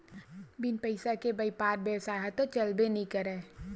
बिन पइसा के बइपार बेवसाय ह तो चलबे नइ करय